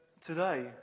today